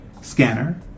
scanner